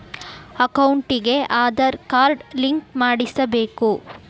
ಅಕೌಂಟಿಗೆ Aadhaar card link ಮಾಡಿಸಬೇಕು?